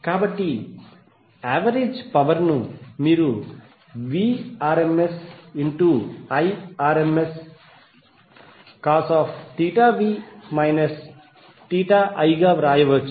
కాబట్టి average power ను మీరు VrmsIrmscosv i గా వ్రాయవచ్చు